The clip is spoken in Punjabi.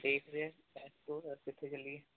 ਕਿੱਥੇ ਚੱਲੀਏ